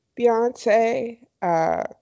Beyonce